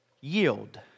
yield